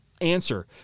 answer